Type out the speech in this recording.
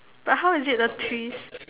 but how is it a twist